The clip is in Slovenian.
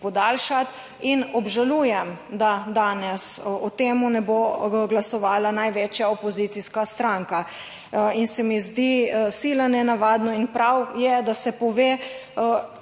podaljšati. In obžalujem, da danes o tem ne bo glasovala največja opozicijska stranka. In se mi zdi sila nenavadno in prav je, da se pove